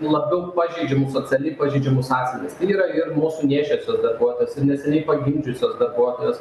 labiau pažeidžiamus socialiai pažeidžiamus asmenistai yra ir mūsų nėščiosios darbuotojos ir neseniai pagimdžiusios darbuotojos